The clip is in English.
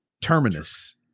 Terminus